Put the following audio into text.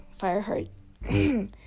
Fireheart